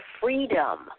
freedom